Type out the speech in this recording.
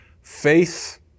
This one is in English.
faith